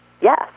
yes